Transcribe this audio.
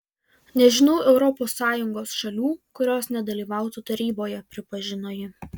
nežinau europos sąjungos šalių kurios nedalyvautų taryboje pripažino ji